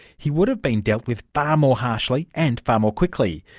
he would have been dealt with far more harshly and far more quickly.